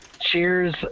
Cheers